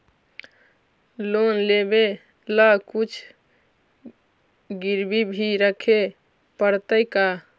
Loan लेबे ल कुछ गिरबी भी रखे पड़तै का?